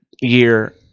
year